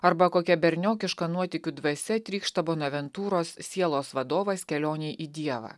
arba kokia berniokiška nuotykių dvasia trykšta bonaventūros sielos vadovas kelionei į dievą